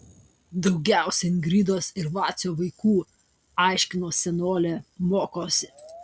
daugiausiai ingridos ir vacio vaikų aiškino senolė mokosi